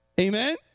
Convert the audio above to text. Amen